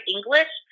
English